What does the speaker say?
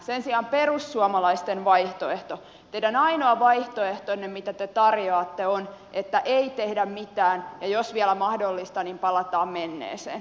sen sijaan perussuomalaisten vaihtoehto teidän ainoa vaihtoehtonne mitä te tarjoatte on että ei tehdä mitään ja jos vielä mahdollista niin palataan menneeseen